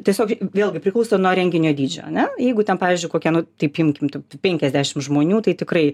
tiesiog vėlgi priklauso nuo renginio dydžio ane jeigu ten pavyzdžiui kokia nu taip imkim penkiasdešim žmonių tai tikrai